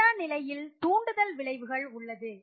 meta நிலையில் தூண்டுதல் விளைவுகள் உள்ளது